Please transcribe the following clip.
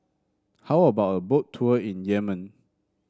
how about a Boat Tour in Yemen